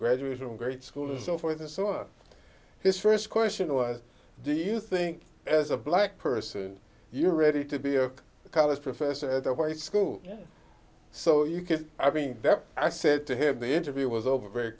graduate from grade school so forth and so on his first question was do you think as a black person you're ready to be a college professor at the white school so you could i mean that i said to him the interview was over very